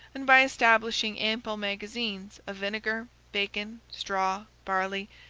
and by establishing ample magazines of vinegar, bacon, straw, barley,